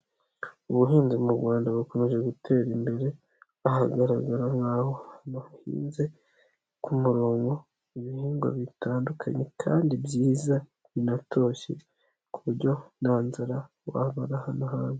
Ubuhinzi mu Rwanda bukomeje gutera imbere, ahagaragara nk'aho hahinze ku murongo ibihingwa bitandukanye kandi byiza binatoshye, kuburyo nta nzara wabara hano hanntu.